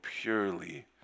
purely